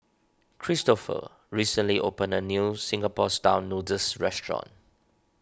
Kristofer recently opened a new Singapore Style Noodles restaurant